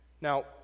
Now